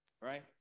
right